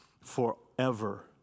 forever